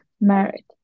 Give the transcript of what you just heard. married